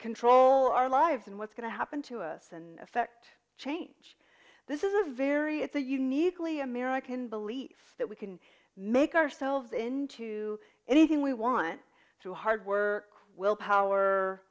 control our lives and what's going to happen to us and affect change this is a very it's a uniquely american belief that we can make ourselves into anything we want through hard work willpower